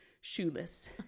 shoeless